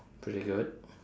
pretty good